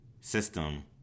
system